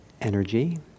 energy